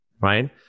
right